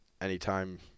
anytime